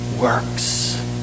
works